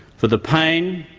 for the pain,